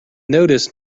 noticing